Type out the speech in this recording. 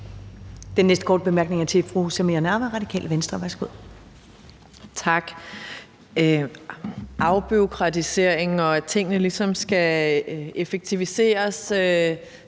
Afbureaukratisering, og at tingene ligesom skal effektiviseres,